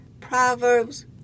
Proverbs